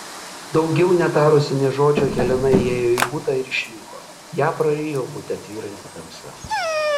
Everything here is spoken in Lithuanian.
daugiau netarusi nė žodžio helena įėjo į butą ir išnyko ją prarijo bute tvyranti tamsa